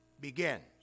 begins